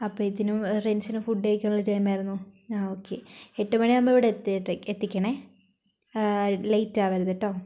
അപോഴത്തേനും ഫ്രണ്ട്സിന് ഫുഡ് കഴിക്കാനുള്ള ടൈം ആയിരുന്നു ആ ഒക്കെ എട്ടുമണി ആകുമ്പോ ഇവിടെ എത്തിക്കണേ ആ ലേറ്റ് ആവരുത് ട്ടോ